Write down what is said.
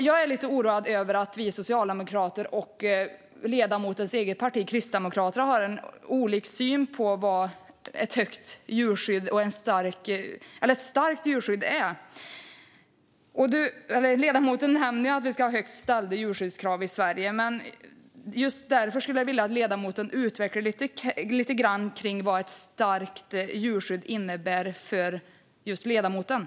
Jag är lite oroad över att vi socialdemokrater och ledamotens eget parti Kristdemokraterna har olika uppfattning om vad ett starkt djurskydd är. Ledamoten nämner att det ska vara högt ställda djurskyddskrav i Sverige. Just därför skulle jag vilja att ledamoten utvecklar vad ett starkt djurskydd innebär för honom.